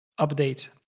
update